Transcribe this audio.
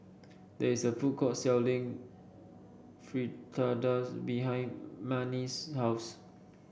there is a food court selling Fritada behind Manie's house